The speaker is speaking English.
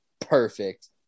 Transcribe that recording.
Perfect